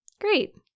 Great